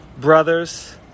brothers